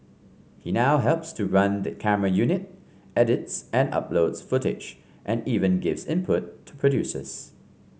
he now helps to run the camera unit edits and uploads footage and even gives input to producers